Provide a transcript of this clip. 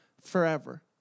forever